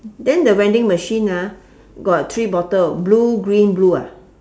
then the vending machine ah got three bottle blue green blue ah